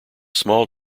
small